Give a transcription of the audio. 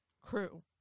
crew